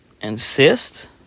insist